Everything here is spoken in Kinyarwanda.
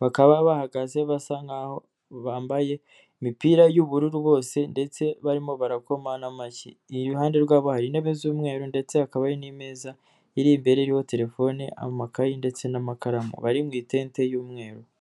bakaba bahagaze basa nk'aho bambaye imipira y'ubururu bose ndetse barimo barakoma amashyi, iruhande rwabo hari intebe z'umweru ndetse hakaba hari n'imeza iri imbere iriho telefone, amakayi ndetse n'amakaramu bari mu itente y'umweru.